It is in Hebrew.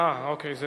אה, זה